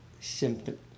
symptom